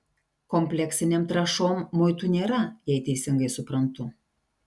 kompleksinėm trąšom muitų nėra jei teisingai suprantu